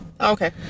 Okay